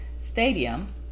Stadium